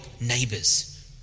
neighbors